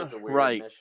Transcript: Right